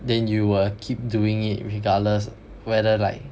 then you will keep doing it regardless whether like